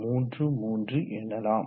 33 எனலாம்